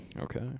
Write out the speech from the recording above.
Okay